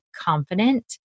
confident